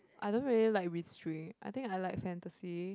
I don't really like mystery I think I like fantasy